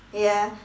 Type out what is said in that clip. ya